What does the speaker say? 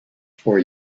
for